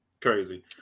crazy